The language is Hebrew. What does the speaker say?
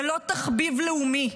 זה לא תחביב לאומי.